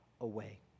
away